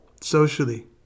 socially